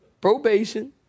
Probation